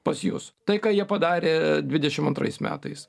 pas jus tai ką jie padarė dvidešimt antrais metais